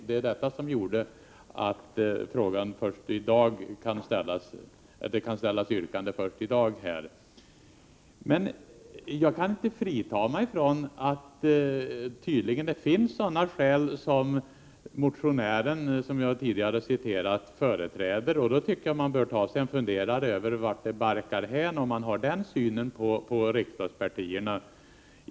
Det var avsaknaden av detta som gjorde att yrkande kom att ställas först här i dag. Jag kan inte frigöra mig från att det tydligen finns sådana skäl som jag nyss citerade från motionen. Då tycker jag man bör ta sig en funderare på vart det barkar hän om man har den synen på riksdagspartierna.